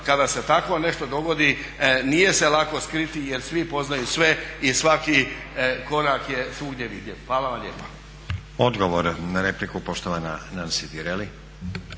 kada se takvo nešto dogodi nije se lako skriti jer svi poznaju sve i svaki korak je svugdje vidljiv. Hvala vam lijepa. **Stazić, Nenad (SDP)** Odgovor na repliku poštovana Nansi Tireli.